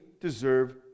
deserve